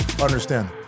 Understand